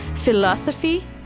philosophy